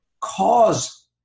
cause